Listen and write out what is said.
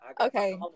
Okay